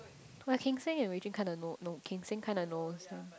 but King-seng and Wei-jun kinda know know King-seng kinda knows him